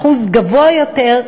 אחוז גבוה יותר,